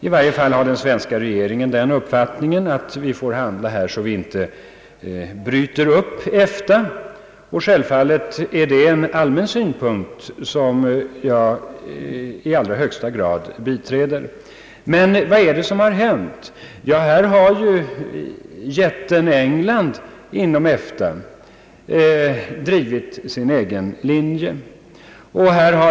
I varje fall har den svenska regeringen den uppfattningen att vi får handla så att vi inte bryter upp EFTA. Självfallet är detta en synpunkt som jag i allra högsta grad biträder. Men vad är det som hänt? Jätten inom EFTA, England, har drivit sin egen linje.